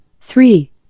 three